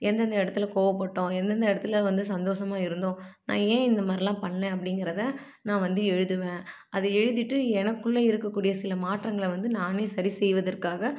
எந்தெந்த எடத்துல கோவப்பட்டோம் எந்தெந்த எடத்துல வந்து சந்தோசமா இருந்தோம் நான் ஏன் இந்த மாதிரிலாம் பண்ணிணேன் அப்படிங்கிறத நான் வந்து எழுதுவேன் அதை எழுதிவிட்டு எனக்குள்ளெ இருக்கக்கூடிய சில மாற்றங்களை வந்து நானே சரி செய்வதற்காக